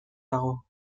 dago